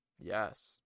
Yes